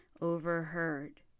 overheard